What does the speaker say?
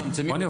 רוני,